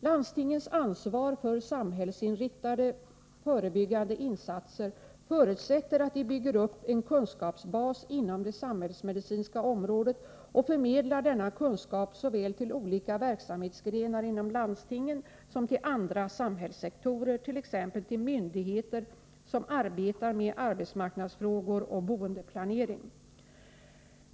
Landstingens ansvar för samhällsinriktade förebyggande insatser förutsätter att de bygger upp en kunskapsbas inom det samhällsmedicinska området och förmedlar denna kunskap såväl till olika verksamhetsgrenar inom landstingen som till andra samhällssektorer, t.ex. till myndigheter som arbetar med arbetsmarknadsfrågor och boendeplanering.